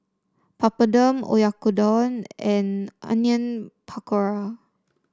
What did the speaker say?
Papadum Oyakodon and Onion Pakora